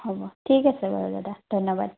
হ'ব ঠিক আছে বাৰু দাদা ধন্যবাদ